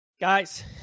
guys